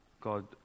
God